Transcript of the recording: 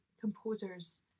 Composers